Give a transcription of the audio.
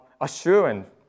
assurance